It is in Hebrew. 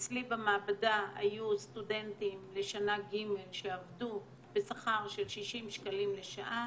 אצלי במעבדה היו סטודנטים לשנה ג' שעבדו בשכר של 60 שקלים לשעה,